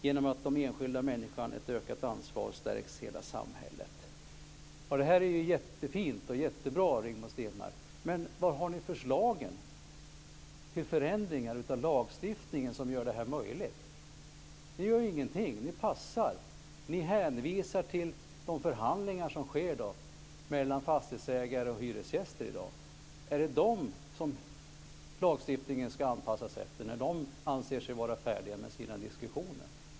Genom att ge den enskilda människan ett ökat ansvar stärks hela samhället." Detta är jättefint och jättebra, Rigmor Stenmark. Men var har ni förslagen till förändringar av lagstiftningen som gör detta möjligt? Ni gör ju ingenting. Ni passar och hänvisar till de förhandlingar som i dag sker mellan fastighetsägare och hyresgäster. Ska lagstiftningen anpassas till dem när de anser sig vara färdiga med sina diskussioner?